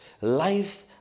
Life